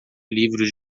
livros